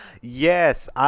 yes